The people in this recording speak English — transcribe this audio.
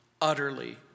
utterly